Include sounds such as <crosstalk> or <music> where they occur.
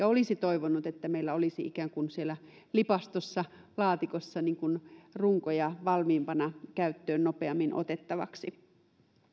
<unintelligible> olisi toivonut että meillä olisi ikään kuin siellä lipastossa laatikossa runkoja valmiimpana nopeammin käyttöön otettavaksi